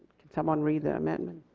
someone read the amendment.